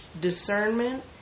discernment